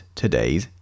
today's